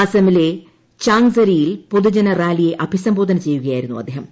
അസമിലെ ചംങ്സരിയിൽ പൊതുജനറാലിയെ അഭി സംബോധന ചെയ്യുകയായിരുന്നു അദ്ദേഹം